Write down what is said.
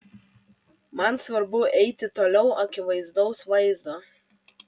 man svarbu eiti toliau akivaizdaus vaizdo